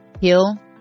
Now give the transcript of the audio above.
Heal